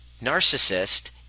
narcissist